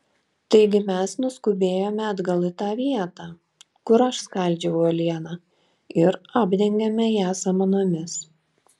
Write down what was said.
taigi mes nuskubėjome atgal į tą vietą kur aš skaldžiau uolieną ir apdengėme ją samanomis